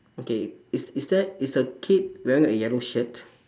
okay is is there is the kid wearing a yellow shirt